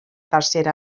tercera